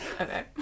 Okay